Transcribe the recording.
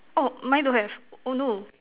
oh mine don't have oh no